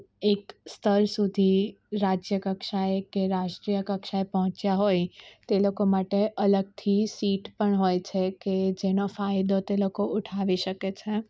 એક સ્તર સુધી રાજ્ય કક્ષાએ કે રાષ્ટ્રીય કક્ષાએ પહોંચ્યા હોય તે લોકો માટે અલગથી સીટ પણ હોય છે કે જેનો ફાયદો તે લોકો ઉઠાવી શકે છે